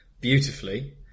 beautifully